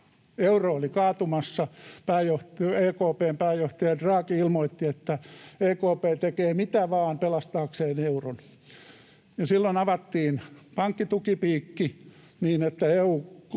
euro oli kaatumassa, EKP:n pääjohtaja Draghi ilmoitti, että EKP tekee mitä vain pelastaakseen euron, ja silloin avattiin pankkitukipiikki niin, että